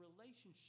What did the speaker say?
relationship